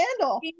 handle